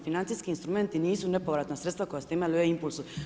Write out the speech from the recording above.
Financijski instrumenti nisu nepovratna sredstva koja ste imali u e-impulsu.